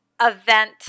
event